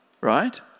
Right